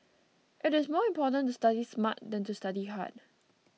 it is more important to study smart than to study hard